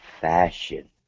fashion